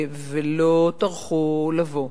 ולא טרחו לבוא.